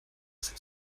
sind